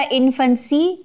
infancy